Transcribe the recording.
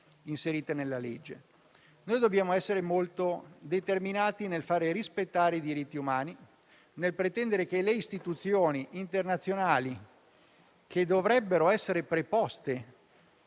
inserite nella legge. Dobbiamo essere molto determinati nel fare rispettare i diritti umani e nel pretendere che le istituzioni internazionali, che dovrebbero essere preposte